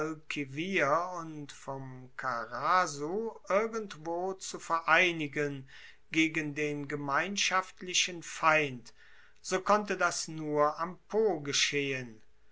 und vom karasu irgendwo zu vereinigen gegen den gemeinschaftlichen feind so konnte das nur am po geschehen